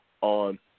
on